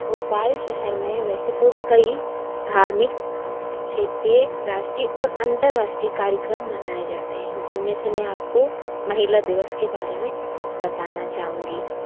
भोपाल शहर में वैसे तो कई धार्मिक क्षेत्रीय राष्टीय और अन्तर्राष्टीय कार्यक्रम मनाए जाते हें जिनमें से मैं आपको महिला दिवस के बारे में बताना चाहूँगी